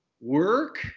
work